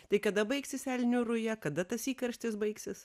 tai kada baigsis elnių ruja kada tas įkarštis baigsis